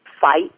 fight